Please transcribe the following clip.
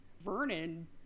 Vernon